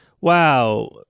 wow